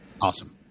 Awesome